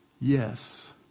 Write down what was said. yes